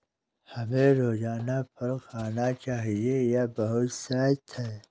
हमें रोजाना फल खाना चाहिए, यह बहुत स्वस्थ है